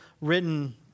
written